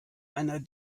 einer